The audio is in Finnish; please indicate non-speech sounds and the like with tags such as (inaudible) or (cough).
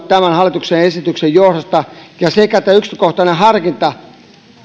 (unintelligible) tämän hallituksen esityksen johdosta ja yksityiskohtainen harkinta